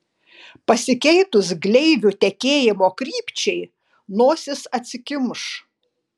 pasikeitus gleivių tekėjimo krypčiai nosis atsikimš